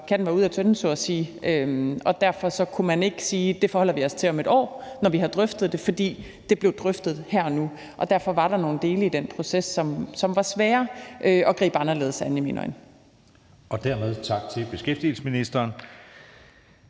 var ligesom ude af tønden så at sige. Derfor kunne man ikke sige, at det forholder vi os til om et år, når vi har drøftet det, for det blev drøftet her og nu. Derfor var der nogle dele af den proces, som var svære at gribe anderledes an i mine øjne. Kl. 20:26 Anden næstformand